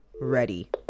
ready